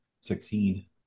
succeed